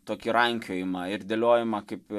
tokį rankiojimą ir dėliojimą kaip